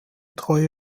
treue